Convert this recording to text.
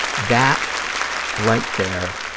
that right there